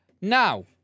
Now